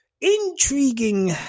intriguing